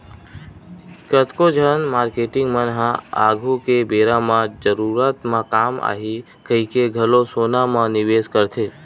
कतको झन मारकेटिंग मन ह आघु के बेरा म जरूरत म काम आही कहिके घलो सोना म निवेस करथे